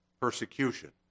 persecution